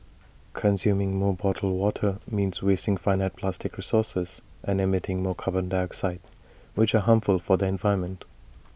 consuming more bottled water means wasting finite plastic resources and emitting more carbon dioxide which are harmful for the environment